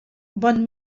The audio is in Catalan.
bon